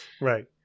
Right